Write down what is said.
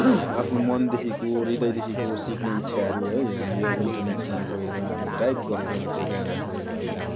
आफ्नो मनदेखिको हृदयदेखिको सिक्ने इच्छाहरू हामी यो इन्टरनेटमा गएर हामी टाइप गरेर त्यो गानाको अब